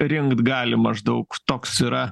rinkt gali maždaug toks yra